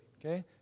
Okay